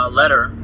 letter